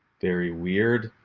very weird.